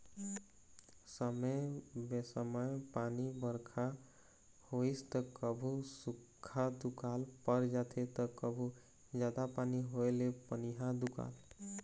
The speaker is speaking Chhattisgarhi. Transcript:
समे बेसमय पानी बरखा होइस त कभू सुख्खा दुकाल पर जाथे त कभू जादा पानी होए ले पनिहा दुकाल